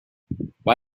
why